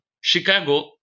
Chicago